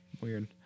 weird